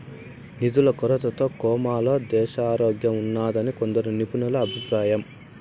నిధుల కొరతతో కోమాలో దేశారోగ్యంఉన్నాదని కొందరు నిపుణుల అభిప్రాయం